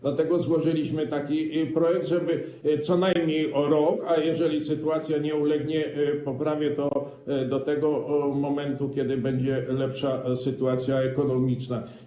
Dlatego złożyliśmy taki projekt, żeby co najmniej o rok, a jeżeli sytuacja się nie poprawi, to do tego momentu, kiedy będzie lepsza sytuacja ekonomiczna.